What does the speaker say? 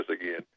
again